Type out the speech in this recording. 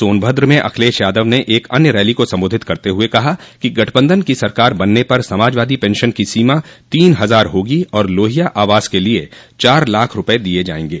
सोनभद्र में अखिलेश यादव ने एक अन्य रैली को सम्बोधित करते हुए कहा कि गठबंधन की सरकार बनने पर समाजवादी पेंशन की सीमा तीन हजार होगी और लोहिया आवास के लिए चार लाख रूपये दिये जायेंगे